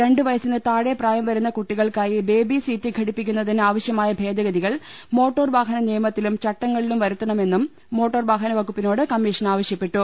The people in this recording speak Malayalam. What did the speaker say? രണ്ടു വയസിന് താഴെ പ്രായംവരുന്ന കുട്ടി കൾക്കായി ബേബി സീറ്റ് ഘടിപ്പിക്കുന്നതിന് ആവശ്യമായ ഭേദഗതി കൾ മോട്ടോർ വാഹന നിയമത്തിലും ചട്ടങ്ങളിലും വരുത്തണമെന്നും മോട്ടോർ വാഹന വകുപ്പിനോട് കമ്മീഷൻ ആവശ്യപ്പെട്ടു